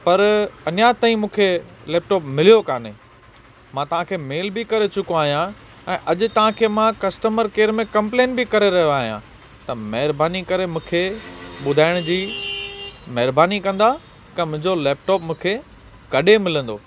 पर अञा ताईं मूंखे लौपटॉप मिलियो कोन्हे मां तव्हांखे मेल बि करे चुको आहियां ऐं अॼु तव्हांखे मां कस्टमर केयर में कंप्लेन बि करे रहियो आहियां त महिरबानी करे मूंखे ॿुधाइण जी महिरबानी कंदा की मुंहिंजो लैपटॉप मूंखे कॾहिं मिलंदो